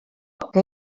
que